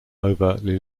overtly